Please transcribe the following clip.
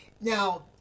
Now